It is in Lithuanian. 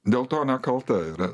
dėl to nekalta yra